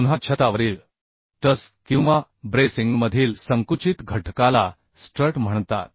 पुन्हा छतावरील ट्रस किंवा ब्रेसिंगमधील संकुचित घटकाला स्ट्रट म्हणतात